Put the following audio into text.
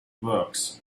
works